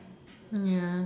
mm ya